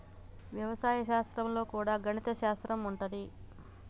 వ్యవసాయ శాస్త్రం లో కూడా గణిత శాస్త్రం ఉంటది